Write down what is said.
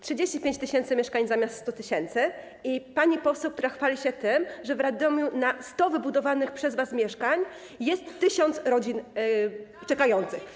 35 tys. mieszkań zamiast 100 tys. i pani poseł, która chwali się tym, że w Radomiu na 100 wybudowanych przez was mieszkań jest 1000 czekających rodzin.